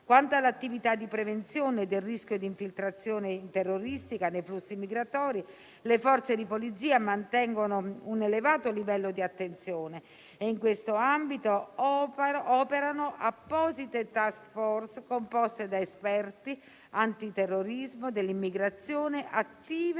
Quanto all'attività di prevenzione del rischio di infiltrazione terroristica nei flussi migratori, le forze di Polizia mantengono un elevato livello di attenzione. In quest'ambito operano apposite *task force* composte da esperti antiterrorismo dell'immigrazione, attive